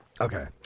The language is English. Okay